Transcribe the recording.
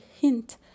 hint